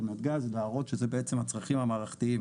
של נתגז ולהראות שאלו בעצם הצרכים המערכתיים,